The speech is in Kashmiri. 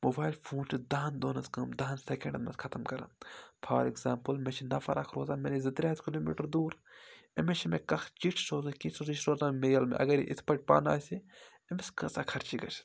موبایل فوٗن چھِ دَہَن دۄہَن ہنٛز کٲم دَہَن سیٚکَنڈَن منٛز ختم کَران فار ایٚگزامپٕل مےٚ چھِ نَفَر اَکھ روزان مےٚ نِش زٕ ترٛےٚ ہَتھ کِلوٗمیٖٹَر دوٗر أمِس چھِ مےٚ کانٛہہ چِٹھۍ سوزٕنۍ کیٚنٛہہ سوزن یہِ چھُ روزان میل مےٚ اگر یہِ یِتھ پٲٹھۍ پانہٕ آسہِ ہا أمِس کۭژاہ خرچہِ گَژھہِ